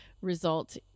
result